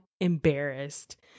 embarrassed